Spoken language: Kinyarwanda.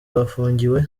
bafungiwe